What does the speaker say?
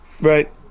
Right